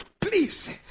please